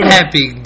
Happy